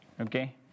Okay